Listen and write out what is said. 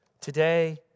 Today